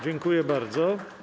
Dziękuję bardzo.